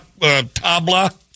tabla